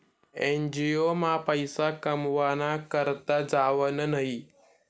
NGO मा पैसा कमावाना करता जावानं न्हयी